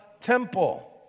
temple